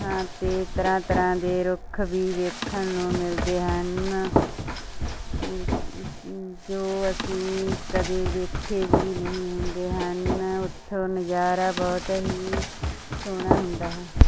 ਹਾਂ ਤੇ ਤਰ੍ਹਾਂ ਤਰ੍ਹਾਂ ਦੇ ਰੁੱਖ ਵੀ ਵੇਖਣ ਨੂੰ ਮਿਲਦੇ ਹਨ ਜੋ ਅਸੀਂ ਕਦੇ ਵੇਖੇ ਵੀ ਨਹੀਂ ਹੁੰਦੇ ਹਨ ਉੱਥੋਂ ਨਜ਼ਾਰਾ ਬਹੁਤ ਹੀ ਸੋਹਣਾ ਹੁੰਦਾ ਹੈ